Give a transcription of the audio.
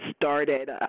started